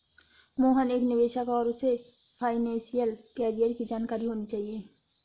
मोहन एक निवेशक है और उसे फाइनेशियल कैरियर की जानकारी होनी चाहिए